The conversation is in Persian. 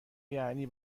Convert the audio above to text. یعنی